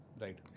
Right